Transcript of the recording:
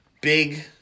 Big